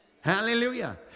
Hallelujah